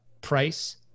price